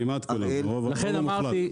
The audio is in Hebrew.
לכן אמרתי,